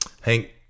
Hank